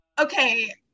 Okay